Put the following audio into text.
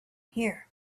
here